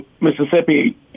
Mississippi –